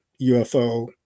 UFO